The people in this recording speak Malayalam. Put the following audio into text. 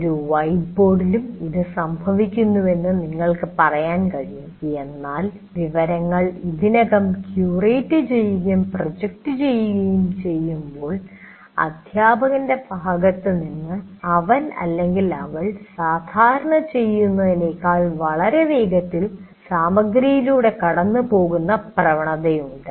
ഒരു വൈറ്റ്ബോർഡിലും ഇത് സംഭവിക്കുന്നുവെന്ന് നിങ്ങൾക്ക് പറയാൻ കഴിയും എന്നാൽ വിവരങ്ങൾ ഇതിനകം ക്യൂറേറ്റ് ചെയ്യുകയും പ്രൊജക്റ്റ് ചെയ്യുകയും ചെയ്യുമ്പോൾ അധ്യാപകന്റെ ഭാഗത്ത് നിന്ന് അവൻ അല്ലെങ്കിൽ അവൾ സാധാരണ ചെയ്യുന്നതിനേക്കാൾ വളരെ വേഗത്തിൽ സാമഗ്രിയിലൂടെ കടന്നുപോകുന്ന പ്രവണതയുണ്ട്